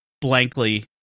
blankly